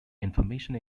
information